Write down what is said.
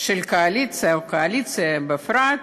של הקואליציה, או הקואליציה בכלל,